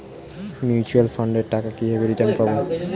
Mutual ফান্ডের টাকা কিভাবে রিটার্ন পাব?